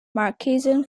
murchison